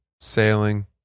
sailing